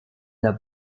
der